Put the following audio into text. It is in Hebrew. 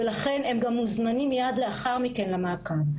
והם גם מוזמנים מיד לאחר מכן למעקב.